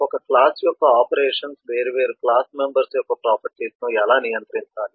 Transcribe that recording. ఒక క్లాస్ యొక్క ఆపరేషన్స్ వేర్వేరు క్లాస్ మెంబర్స్ యొక్క లక్షణాలను ఎలా నియంత్రించాలి